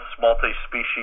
multi-species